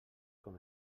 com